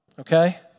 Okay